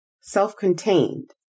self-contained